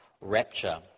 rapture